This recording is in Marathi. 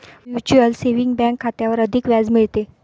म्यूचुअल सेविंग बँक खात्यावर अधिक व्याज मिळते